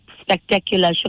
spectacular